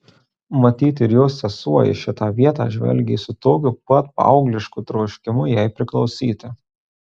matyt ir jos sesuo į šitą vietą žvelgė su tokiu pat paauglišku troškimu jai priklausyti